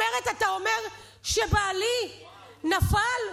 ואומרת: בעלי נפל,